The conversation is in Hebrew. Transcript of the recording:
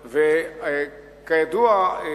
כידוע,